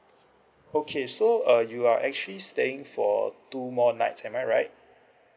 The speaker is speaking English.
okay so uh you are actually staying for two more nights am I right